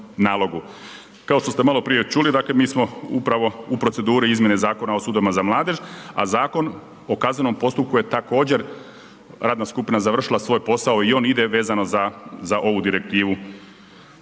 Kao što ste maloprije čuli, dakle, mi smo upravo u proceduri izmjene Zakona o sudovima za mladež, a Zakon o kaznenom postupku je također radna skupina završila svoj posao i on ide vezano za ovu direktivu